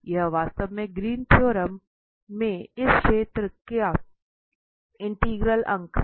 यह वास्तव में ग्रीन थ्योरम में इस क्षेत्र के इंटीग्रल अंग है